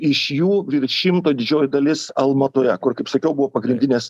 iš jų virš šimto didžioji dalis almatoje kur kaip sakiau buvo pagrindinės